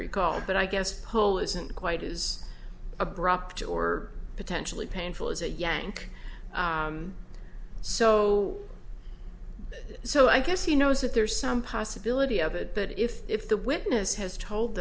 recall but i guess pull isn't quite as abrupt or potentially painful as a yank so so i guess he knows that there's some possibility of it but if if the witness has told